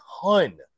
ton –